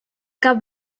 cap